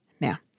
Now